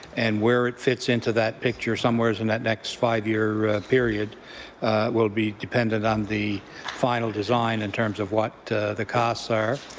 and where it fits into that picture somewheres in the next five-year period will be dependant on the final design in terms of what the costs are.